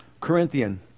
Corinthian